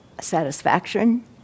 satisfaction